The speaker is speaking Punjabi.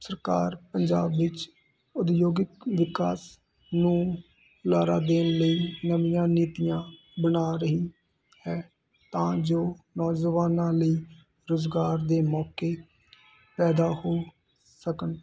ਸਰਕਾਰ ਪੰਜਾਬ ਵਿੱਚ ਉਦਯੋਗਿਕ ਵਿਕਾਸ ਨੂੰ ਹੁਲਾਰਾ ਦੇਣ ਲਈ ਨਵੀਆਂ ਨੀਤੀਆਂ ਬਣਾ ਰਹੀ ਹੈ ਤਾਂ ਜੋ ਨੌਜਵਾਨਾਂ ਲਈ ਰੁਜ਼ਗਾਰ ਦੇ ਮੌਕੇ ਪੈਦਾ ਹੋ ਸਕਣ